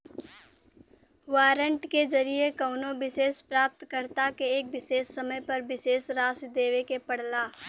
warrant के जरिये कउनो विशेष प्राप्तकर्ता के एक विशेष समय पर विशेष राशि देवे के पड़ला